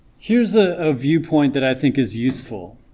here's a ah viewpoint that i think is useful